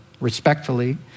respectfully